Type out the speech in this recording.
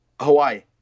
Hawaii